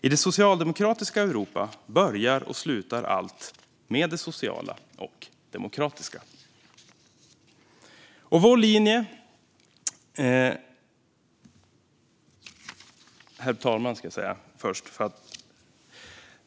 I det socialdemokratiska Europa börjar och slutar allt med det sociala och det demokratiska. Herr talman!